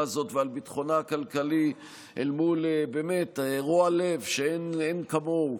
הזאת ועל ביטחונה הכלכלי אל מול רוע לב שאין כמוהו,